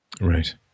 Right